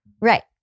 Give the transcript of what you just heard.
Right